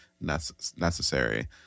necessary